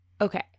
Okay